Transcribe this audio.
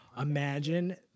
Imagine